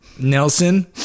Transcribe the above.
Nelson